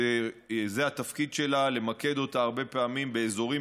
שזה התפקיד שלה: למקד אותה הרבה פעמים באזורים